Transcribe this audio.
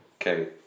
Okay